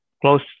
close